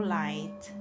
light